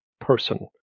person